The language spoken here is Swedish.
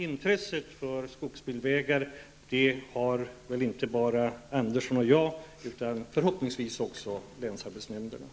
Intresse för skogsbilvägar har väl inte bara Andersson och jag utan förhoppningsvis också länsarbetsnämnderna.